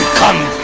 come